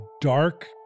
dark